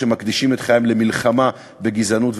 שמקדישים את חייהם למלחמה בגזענות ולשוויון.